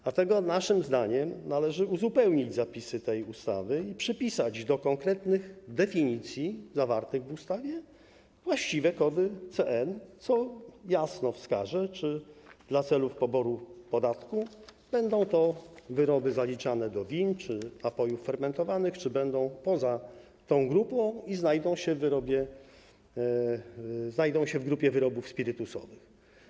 Dlatego naszym zdaniem należy uzupełnić zapisy tej ustawy i przypisać do konkretnych definicji zawartych w ustawie właściwe kody CN, co jasno wskaże, czy dla celów poboru podatku będą to wyroby zaliczane do win czy napojów fermentowanych, czy będą poza tą grupą i znajdą się w grupie wyrobów spirytusowych.